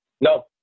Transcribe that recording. no